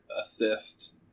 assist